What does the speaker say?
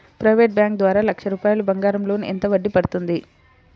Private bank ద్వారా లక్ష రూపాయలు బంగారం లోన్ ఎంత వడ్డీ పడుతుంది?